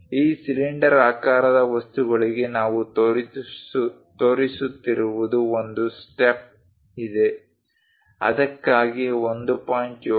ಈ ಸಿಲಿಂಡರಾಕಾರದ ವಸ್ತುಗಳಿಗೆ ನಾವು ತೋರಿಸುತ್ತಿರುವುದು ಒಂದು ಸ್ಟೆಪ್ ಇದೆ ಅದಕ್ಕಾಗಿ 1